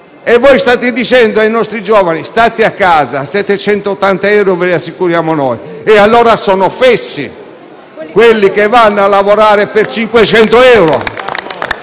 E voi state dicendo ai nostri giovani: state a casa che 780 euro ve li assicuriamo noi. Ma allora sono fessi quelli che vanno a lavorare per 500 euro?